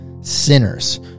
sinners